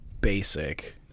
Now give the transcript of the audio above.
basic